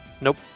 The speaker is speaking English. Nope